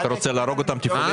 אתה רוצה להרוג אותם תפעולית?